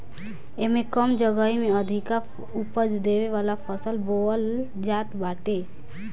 एमे कम जगही में अधिका उपज देवे वाला फसल बोअल जात बाटे